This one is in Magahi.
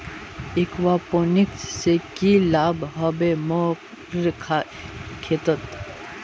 एक्वापोनिक्स से की लाभ ह बे मोर खेतोंत